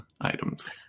items